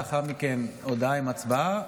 לאחר מכן הודעה עם הצבעה,